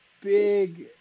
big